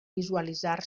visualitzar